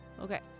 Okay